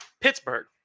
Pittsburgh